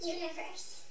Universe